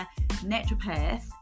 naturopath